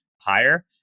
higher